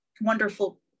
wonderful